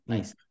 Nice